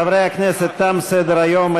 חברי הכנסת, תם סדר-היום.